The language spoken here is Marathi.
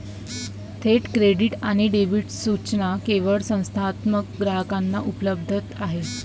थेट क्रेडिट आणि डेबिट सूचना केवळ संस्थात्मक ग्राहकांना उपलब्ध आहेत